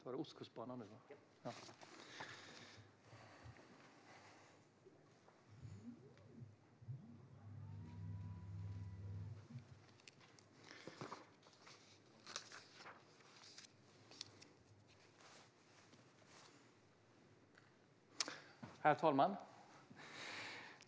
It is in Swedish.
Herr talman!